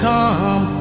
come